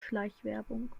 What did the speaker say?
schleichwerbung